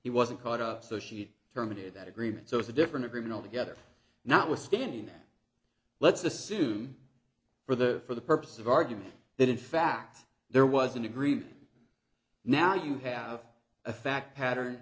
he wasn't caught up so sheet terminated that agreement so it's a different agreement altogether notwithstanding let's assume for the for the purposes of argument that in fact there was an agreement now you have a fact pattern